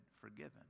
forgiven